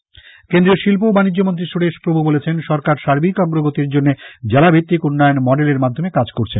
সুরেশ প্রভু কেন্দ্রীয় শিল্প ও বানিজ্য মন্ত্রী সুরেশ প্রভু বলেছেন সরকার সার্বিক অগ্রগতির জন্য জেলাভিত্তিক উন্নয়ন মডেলের মাধ্যমে কাজ করছে